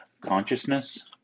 consciousness